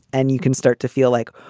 and you can start to feel like,